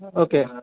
okay